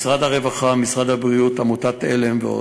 משרד הרווחה, משרד הבריאות, עמותת "עלם" ועוד.